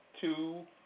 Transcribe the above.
two